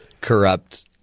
corrupt